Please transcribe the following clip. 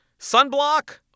sunblock